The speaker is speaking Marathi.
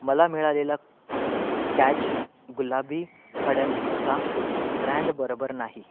मला मिळालेला कॅच गुलाबी खड्या मिठाचा ब्रँड बरोबर नाही